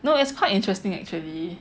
no it's quite interesting actually